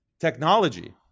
technology